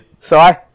Sorry